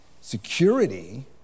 security